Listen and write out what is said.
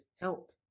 help